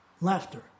Laughter